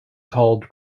called